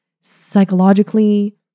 Psychologically